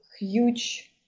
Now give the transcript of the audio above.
huge